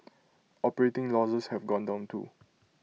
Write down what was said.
operating losses have gone down too